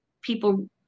people